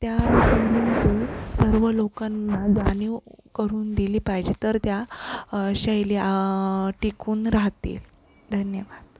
त्या सर्व लोकांना जाणीव करून दिली पाहिजे तर त्या शैली टिकून राहतील धन्यवाद